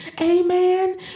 amen